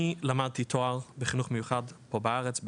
אני למדתי תואר בחינוך מיוחד פה בארץ,